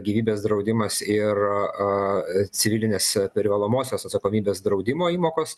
gyvybės draudimas ir civilinės privalomosios atsakomybės draudimo įmokos